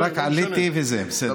רק עליתי וזה, בסדר.